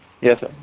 Yes